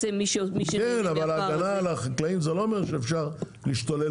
אבל הגנה על חקלאים זה לא אומר שאפשר להשתולל